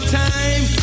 time